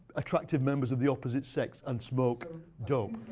attractive members of the opposite sex and smoke dope.